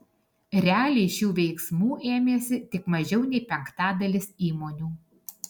realiai šių veiksmų ėmėsi tik mažiau nei penktadalis įmonių